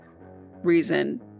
reason